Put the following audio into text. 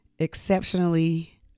exceptionally